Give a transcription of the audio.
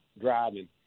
driving